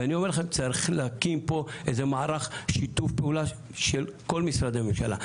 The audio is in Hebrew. צריך להקים מערך שיתוף פעולה של כל משרדי הממשלה.